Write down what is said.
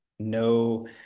no